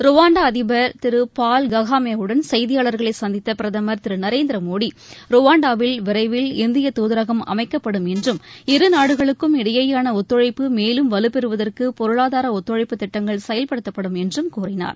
ருவாண்டாஅதிபர் Paul Kagame வுடன் செய்தியாளர்களைசந்தித்தபிரதமர் திருநரேந்தீரமோடி ருவாண்டாவில் விரைவில் இந்திய தூதரகம் அமைக்கப்படும் என்றும் இரு நாடுகளுக்கும் இடையேயானஒத்துழைப்பு மேலும் வலுப்பெறுவதற்குபொருளாதாரஒத்துழைப்புத் திட்டங்கள் செயல்படுத்தப்படும் என்றும் கூறினார்